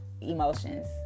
emotions